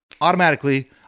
automatically